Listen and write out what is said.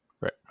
right